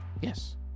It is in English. Yes